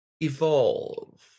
evolve